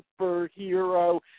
superhero